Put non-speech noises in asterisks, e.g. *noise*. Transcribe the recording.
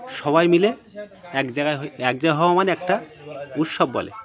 সবাই মিলে এক জায়গায় *unintelligible* এক জায়গায় হওয়া মানে একটা উৎসব বলে